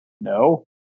no